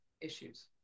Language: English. issues